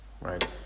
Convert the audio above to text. right